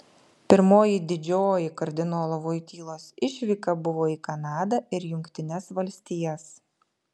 pirmoji didžioji kardinolo voitylos išvyka buvo į kanadą ir jungtines valstijas